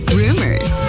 rumors